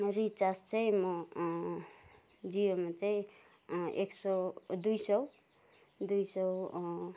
recharge चाहिँ म जियोमा चाहिँ एक सौ दुई सौ दुई सौ